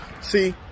See